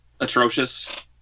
atrocious